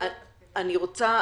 אני רוצה